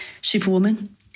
superwoman